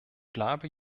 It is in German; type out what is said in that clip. bleibe